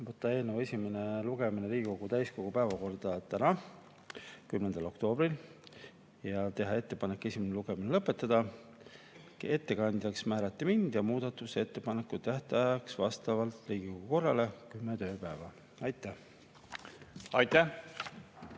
Võtta eelnõu esimene lugemine Riigikogu täiskogu päevakorda täna, 10. oktoobril ja teha ettepanek esimene lugemine lõpetada. Ettekandjaks määrati mind ja muudatusettepanekute tähtajaks vastavalt Riigikogu korrale kümme tööpäeva. Aitäh!